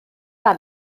fan